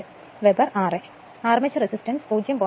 05 weber ra armature resistance 0